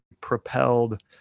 propelled